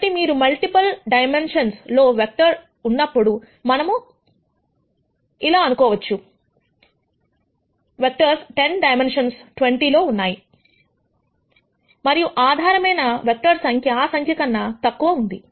కాబట్టి మీకు multiple dimensions లో వెక్టర్స్ ఉన్నప్పుడు మనం అనుకుందాము వెక్టర్స్ 10 డైమెన్షన్స్ 20 లో ఉన్నాయి అని మరియు ఆధారమైనవెక్టర్స్ సంఖ్య ఆ సంఖ్య కన్నా తక్కువ ఉన్నది